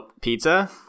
pizza